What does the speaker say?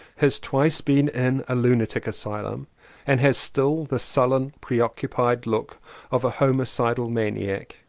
has twice been in a lunatic asylum and has still the sullen, pre-occupied look of a homicidal maniac.